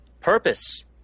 purpose